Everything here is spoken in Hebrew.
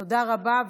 תודה רבה.